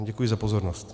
Děkuji za pozornost.